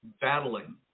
battling